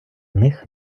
них